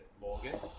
Morgan